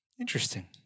Interesting